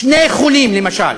שני חולים, למשל,